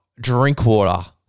Drinkwater